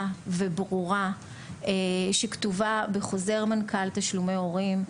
וברורה שכתובה בחוזר מנכ"ל תשלומי הורים,